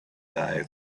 dive